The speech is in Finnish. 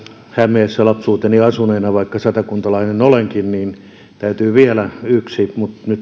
hämeessä lapsuuteni asuneena vaikka satakuntalainen olenkin täytyy vielä yksi